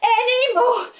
anymore